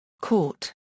Court